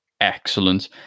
excellent